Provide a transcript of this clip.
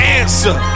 answer